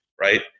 right